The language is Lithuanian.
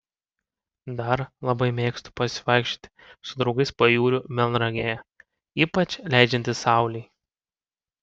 dar labai mėgstu pasivaikščioti su draugais pajūriu melnragėje ypač leidžiantis saulei